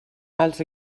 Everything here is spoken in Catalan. els